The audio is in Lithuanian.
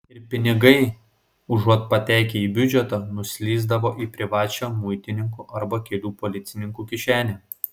ir pinigai užuot patekę į biudžetą nuslysdavo į privačią muitininkų arba kelių policininkų kišenę